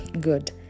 Good